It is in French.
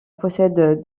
possède